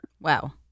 Wow